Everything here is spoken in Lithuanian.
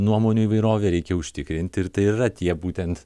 nuomonių įvairovę reikia užtikrinti ir tai yra tie būtent